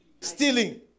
Stealing